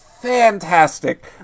fantastic